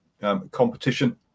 competition